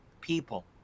people